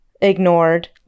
ignored